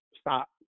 Stop